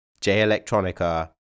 J-Electronica